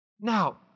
Now